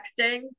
texting